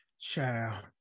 Child